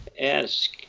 Ask